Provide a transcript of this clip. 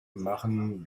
machen